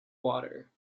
water